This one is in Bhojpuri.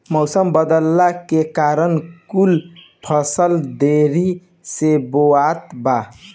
मउसम बदलला के कारण कुल फसल देरी से बोवात बा